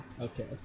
okay